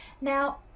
Now